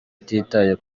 atitaye